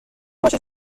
باشه